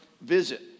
visit